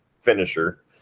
finisher